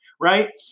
right